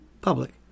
public